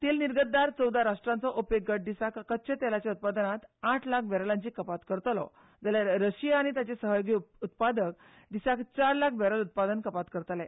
तेल निर्गतदार चौदा राष्ट्रांचो ओपेक गट दिसाक कच्चे तेलाच्या उत्पादनांत आठ लाख बॅरलाची कपाल करतलो जाल्यार रशिया आनी ताचे सहयोगी उत्पादक दिसाक चार लाख बॅरल उत्पादन कपात करतले